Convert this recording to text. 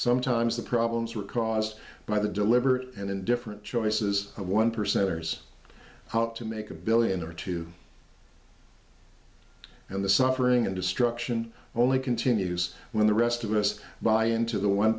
sometimes the problems are caused by the deliberate and different choices of one percenters to make a billion or two and the suffering and destruction only continues when the rest of us buy into the one